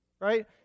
right